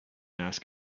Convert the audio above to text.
ask